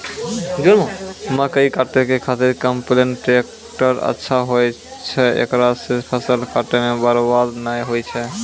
मकई काटै के खातिर कम्पेन टेकटर अच्छा होय छै ऐकरा से फसल काटै मे बरवाद नैय होय छै?